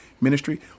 ministry